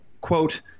quote